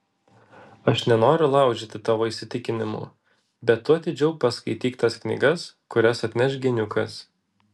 aš nenoriu laužyti tavo įsitikinimų bet tu atidžiau paskaityk tas knygas kurias atneš geniukas